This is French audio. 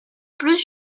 plus